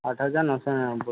আট হাজার নশো নিরানব্বই